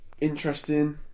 interesting